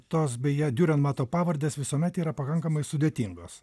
tos beje diurenmato pavardės visuomet yra pakankamai sudėtingos